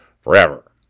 forever